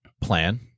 plan